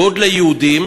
ועוד ליהודים,